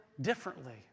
differently